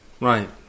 Right